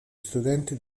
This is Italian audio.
studenti